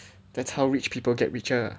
that's how rich people get richer ah